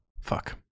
fuck